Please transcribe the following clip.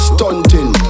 Stunting